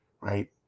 right